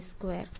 വിദ്യാർത്ഥി k2